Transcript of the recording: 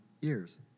years